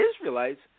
Israelites